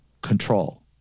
control